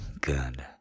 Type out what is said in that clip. good